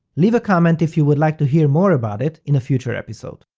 leave a comment if you would like to hear more about it in a future episode.